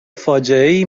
فاجعهای